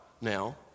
now